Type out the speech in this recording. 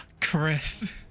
Chris